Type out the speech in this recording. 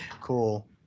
Cool